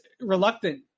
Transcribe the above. reluctant